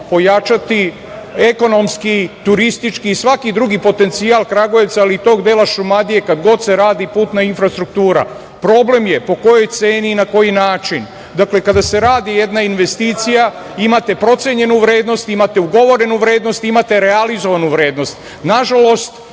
pojačati ekonomski, turistički i svaki drugi potencijal Kragujevca, ali i tog dela Šumadije kad god se radi putna infrastruktura. Problem je po kojoj ceni i na koji način. Dakle, kada se radi jedna investicija, imate procenjenu vrednost, imate ugovorenu vrednost i imate realizovanu vrednost. Nažalost,